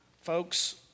folks